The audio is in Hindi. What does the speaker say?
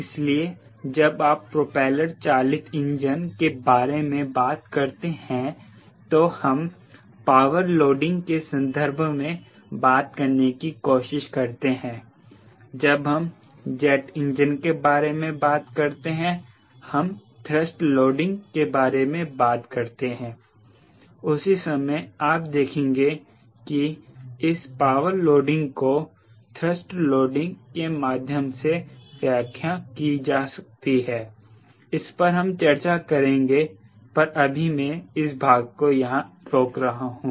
इसलिए जब आप प्रोपेलर चालित इंजन के बारे में बात करते हैं तो हम पावर लोडिंग के संदर्भ में बात करने की कोशिश करते हैं जब हम जेट इंजन के बारे में बात करते हैं हम थ्रस्ट लोडिंग के बारे में बात करते हैं उसी समय आप देखेंगे कि इस पावर लोडिंग को थ्रस्ट लोडिंग के माध्यम से व्याख्या की जा सकती है इस पर हम चर्चा करेंगे पर अभी में इस भाग को यहां रोक रहा हूं